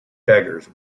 beggars